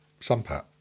sunpat